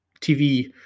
TV